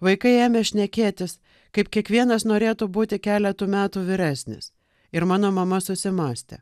vaikai ėmė šnekėtis kaip kiekvienas norėtų būti keletu metų vyresnis ir mano mama susimąstė